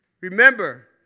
Remember